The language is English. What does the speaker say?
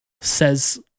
says